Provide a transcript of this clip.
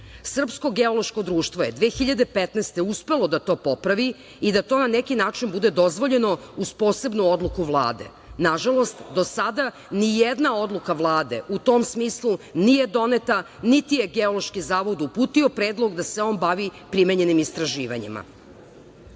kuće. Srpsko geološko društvo je 2015. godine uspelo da to popravi i da to na neki način bude dozvoljeno uz posebnu odluku Vlade. Nažalost, do sada ni jedna odluka Vlade u tom smislu nije doneta, niti je Geološki zavod uputio predlog da se on bavi primenjenim istraživanjima. Dalje